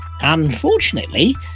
Unfortunately